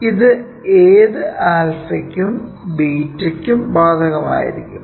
ഇത് ഏത് ആൽഫയ്ക്കും 𝛂 ബീറ്റയ്ക്കും 𝜷 ബാധകമായിരിക്കും